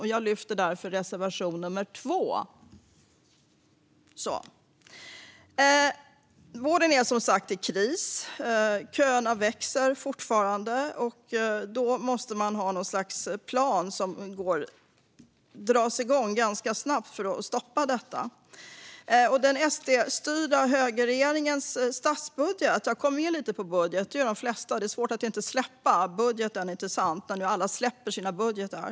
Jag yrkar därför bifall till reservation nummer 2. Vården är som sagt i kris. Köerna växer fortfarande, och då måste man ha något slags plan som dras igång snabbt för att stoppa detta. Jag kommer in lite på budget, som de flesta - det är svårt att inte göra det nu när alla släpper sina budgetar.